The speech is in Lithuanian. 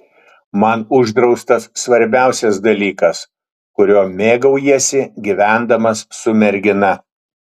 man uždraustas svarbiausias dalykas kuriuo mėgaujiesi gyvendamas su mergina